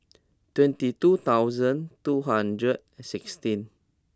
twenty two thousand two hundred and sixteen